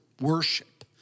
worship